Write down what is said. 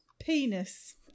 Penis